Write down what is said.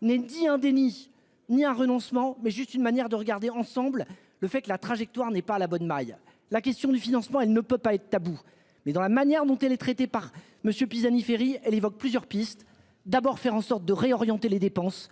n'ait dit un déni, ni un renoncement, mais juste une manière de regarder ensemble le fait que la trajectoire n'est pas la bonne maille. La question du financement. Elle ne peut pas être tabou mais dans la manière dont elle est traitée par Monsieur Pisani-Ferry, elle évoque plusieurs pistes d'abord faire en sorte de réorienter les dépenses.